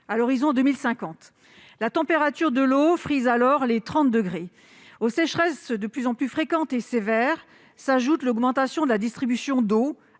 à l'horizon de 2050. La température de l'eau frise alors les 30 degrés. Aux sécheresses de plus en plus fréquentes et sévères s'ajoute l'augmentation de la distribution d'eau